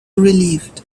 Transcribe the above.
relieved